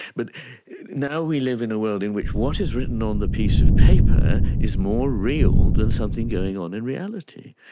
but now we live in a world in which what is written on the piece of paper is more real than something going on in reality.